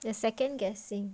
they're second guessing